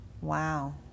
Wow